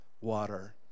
water